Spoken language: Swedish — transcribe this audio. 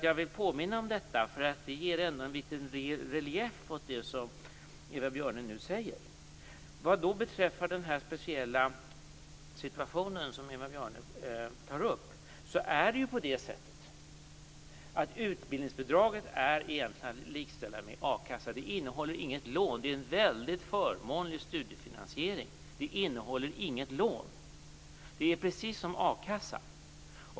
Jag vill påminna om detta, för det ger ändå en liten relief åt det som Eva Björne nu säger. Vad beträffar den speciella situation som Eva Björne tar upp är det ju på det sättet att utbildningsbidraget egentligen är att likställa med a-kassa. Det innehåller inget lån. Det är en väldigt förmånlig studiefinansiering. Det är precis som a-kassa.